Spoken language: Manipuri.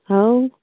ꯍꯥꯎ